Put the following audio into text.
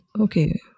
Okay